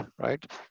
right